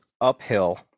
uphill